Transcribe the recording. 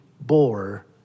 bore